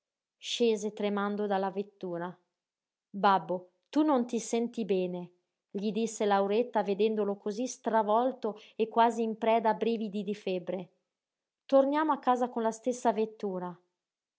scese tremando dalla vettura babbo tu non ti senti bene gli disse lauretta vedendolo cosí stravolto e quasi in preda a brividi di febbre torniamo a casa con la stessa vettura